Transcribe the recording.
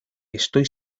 estoy